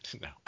No